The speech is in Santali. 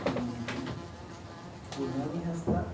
ᱤᱧ ᱫᱤᱫᱤ ᱠᱩᱱᱟᱹᱢᱤ ᱦᱟᱸᱥᱫᱟ